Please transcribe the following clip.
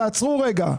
תעצרו רגע.